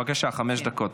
בבקשה, חמש דקות.